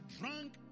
drunk